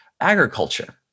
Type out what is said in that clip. agriculture